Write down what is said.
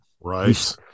Right